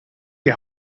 die